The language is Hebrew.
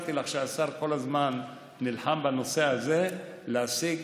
הזכרתי לך שהשר כל הזמן נלחם בנושא הזה להשיג,